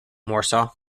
warsaw